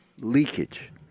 leakage